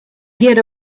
get